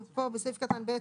בסעיף קטן (ב),